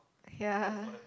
ya